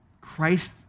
christ